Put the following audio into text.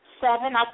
seven